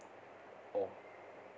oh